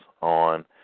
on